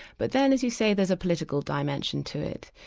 but then as you say, there's a political dimension to it.